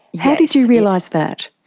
how did you realise that?